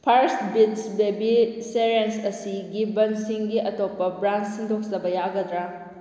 first beets baby cereals ꯑꯁꯤꯒꯤ ꯕꯟꯁꯤꯡꯒꯤ ꯑꯇꯣꯞꯄ ꯕ꯭ꯔꯥꯟ ꯁꯤꯟꯗꯣꯛꯆꯕ ꯌꯥꯒꯗ꯭ꯔꯥ